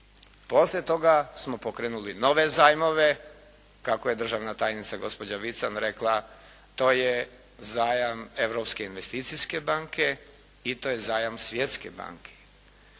Poslije toga smo pokrenuli nove zajmove, kako je državna tajnica, gospođa Vican rekla, to je zajam Europske investicijske banke i to je zajam Svjetske banke.